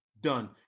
Done